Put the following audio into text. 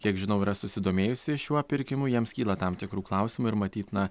kiek žinau yra susidomėjusi šiuo pirkimu jiems kyla tam tikrų klausimų ir matyt na